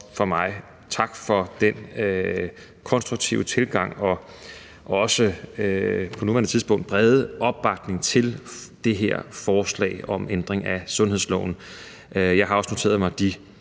lyde en tak for den konstruktive tilgang og også på nuværende tidspunkt brede opbakning til det her forslag om ændring af sundhedsloven. Jeg har også noteret mig de